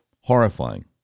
Horrifying